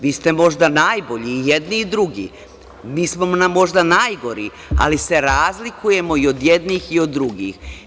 Vi ste možda najbolji, i jedni i drugi, mi smo možda najgori, ali se razlikujemo i od jednih i od drugih.